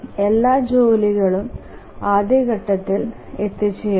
എല്ലാ ജോലികളും ആദ്യഘട്ടത്തിൽ എത്തിച്ചേരുന്നു